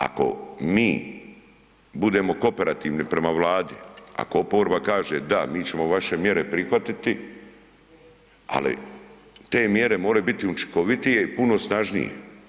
Ako mi budemo kooperativi prema Vladi, ako oporba kaže da mi ćemo vaše mjere prihvatiti, ali te mjere moraju biti učinkovitije i puno snažnije.